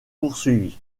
poursuivis